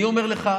אני אומר לך,